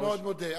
אני מאוד מודה.